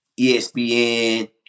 ESPN